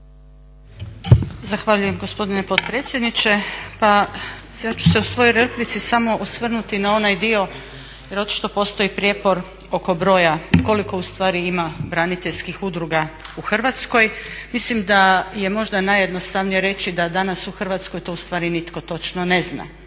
Zahvaljujem gospodine potpredsjedniče. Pa ja ću se u svojoj replici samo osvrnuti na onaj dio jer očito postoji prijepor oko broja koliko ima braniteljskih udruga u Hrvatskoj. Mislim da je možda najjednostavnije reći da danas u Hrvatskoj to ustvari nitko točno ne zna.